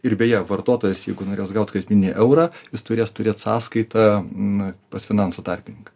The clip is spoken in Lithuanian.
ir beje vartotojas jeigu norės gaut skaitmeninį eurą jis turės turėt sąskaitą pas finansų tarpininką